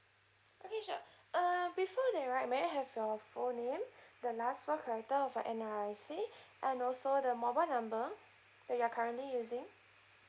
okay sure uh before that right may I have your full name the last four character of your N_R_I_C and also the mobile number that you are currently using